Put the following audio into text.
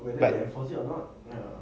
but